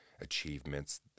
achievements